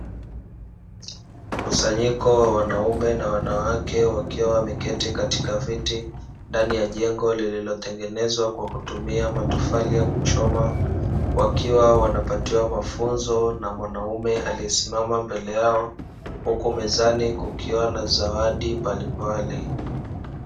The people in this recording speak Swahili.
Mkusanyiko wa wanaume na wanawake wakiwa wameketi katika viti, ndani ya jengo lililotengenezwa kwa kutumia matofali ya kuchoma, wakiwa wanapatiwa mafunzo na mwanaume aliyesimama mbele yao, huku mezani kukiwa na zawadi mbalimbali.